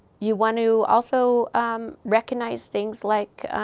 you want to also recognize things like,